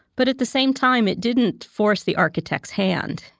but at the same time it didn't force the architect's hand.